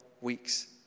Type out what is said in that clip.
weeks